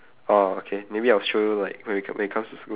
orh okay maybe I'll show you like when we when we comes to school